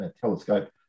telescope